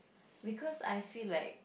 because I feel like